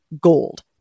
gold